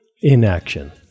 inaction